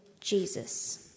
Jesus